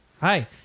Hi